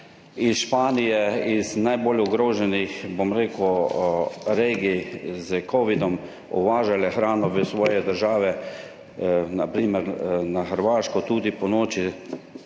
iz Španije, iz najbolj ogroženih, bom rekel, regij s covidom uvažale hrano v svoje države, na primer na Hrvaško, tudi ponoči